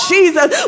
Jesus